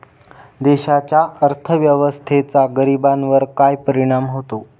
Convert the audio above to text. देशाच्या अर्थव्यवस्थेचा गरीबांवर काय परिणाम होतो